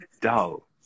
dull